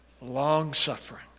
Long-suffering